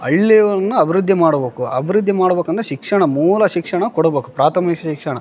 ಹಳ್ಳಿಗಳನ್ನ ಅಭಿವೃದ್ದಿ ಮಾಡ್ಬೇಕು ಅಭಿವೃದ್ದಿ ಮಾಡ್ಬೇಕ್ ಅಂದರೆ ಶಿಕ್ಷಣ ಮೂಲ ಶಿಕ್ಷಣ ಕೊಡ್ಬೇಕು ಪ್ರಾಥಮಿಕ ಶಿಕ್ಷಣ